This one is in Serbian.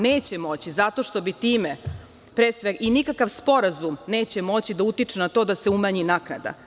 Neće moći, zato što bi time, i nikakav sporazum neće moći da utiče na to da se umanji naknada.